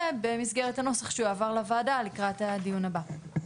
במסגרת הנוסח שיועבר לוועדה לקראת הדיון הבא.